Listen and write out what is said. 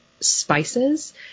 spices